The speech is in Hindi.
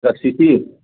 C P